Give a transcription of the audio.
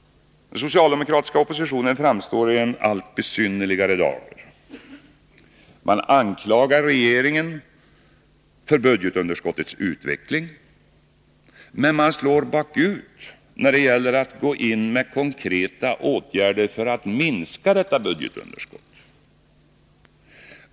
Den socialdemokratiska oppositionen framstår i en allt besynnerligare dager. Man anklagar regeringen för budgetunderskottets utveckling, men man slår bakut när det gäller att gå in med konkreta åtgärder för att minska detta underskott.